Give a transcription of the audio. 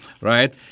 right